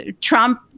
Trump